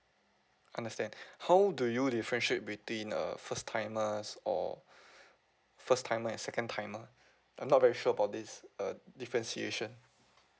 understand how do you differentiate between uh first timers or first timer and second timer I'm not very sure about this uh differentiation